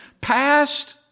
past